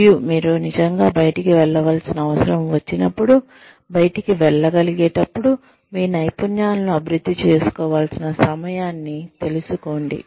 మరియు మీరు నిజంగా బయటికి వెళ్లవలసిన అవసరం వచ్చినప్పుడు బయటికి వెళ్లగలిగేటప్పుడు మీ నైపుణ్యాలను అభివృద్ధి చేసుకోవాల్సిన సమయాన్ని తెలుసుకొండి